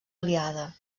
aliada